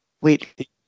Wait